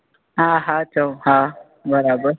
हा हा चओ हा बराबरि